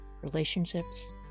relationships